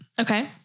Okay